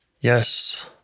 Yes